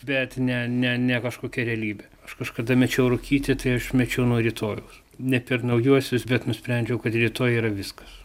bet ne ne ne kažkokia realybe aš kažkada mečiau rūkyti tai aš mečiau nuo rytojaus ne per naujuosius bet nusprendžiau kad rytoj yra viskas